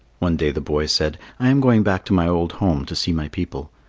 one day the boy said, i am going back to my old home to see my people.